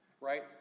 right